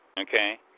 Okay